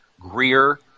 Greer